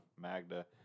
Magda